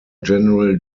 general